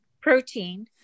protein